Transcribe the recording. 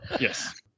Yes